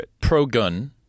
pro-gun